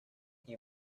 you